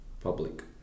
public